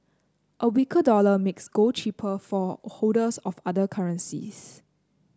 a weaker dollar makes gold cheaper for holders of other currencies